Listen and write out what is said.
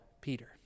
Peter